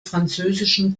französischen